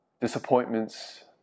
disappointments